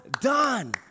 done